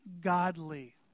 godly